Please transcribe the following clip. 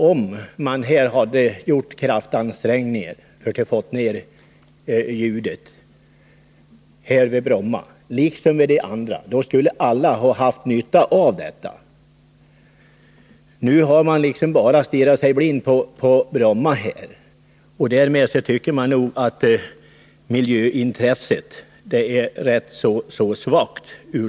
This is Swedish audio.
Om man här hade gjort kraftansträngningar för att få ned ljudet vid Bromma, skulle alla flygplatser ha fått nytta av det. Nu har man bara stirrat sig blind på att få bort flyget från Bromma. Jag tycker nog att det visar att miljöintresset är rätt svagt.